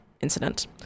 incident